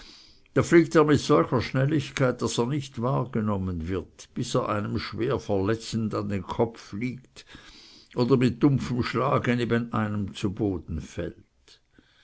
da fliegt er mit solcher schnelligkeit daß er nicht wahrgenommen wird bis er einem schwer verletzend an den kopf fliegt oder mit dumpfem schlage neben einem zu boden fällt